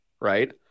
right